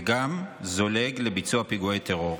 וגם זולג לביצוע פיגועי טרור.